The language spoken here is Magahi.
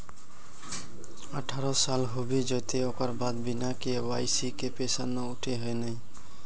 अठारह साल होबे जयते ओकर बाद बिना के.वाई.सी के पैसा न उठे है नय?